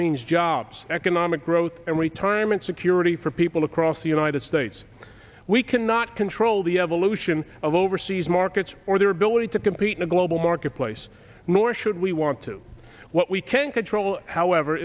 means jobs economic growth and retirement security for people across the united states we cannot control the evolution of overseas markets or their ability to compete in a global marketplace nor should we want to what we can control however